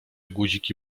guziki